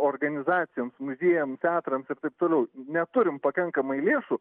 organizacijoms muziejams teatrams ir taip toliau neturim pakankamai lėšų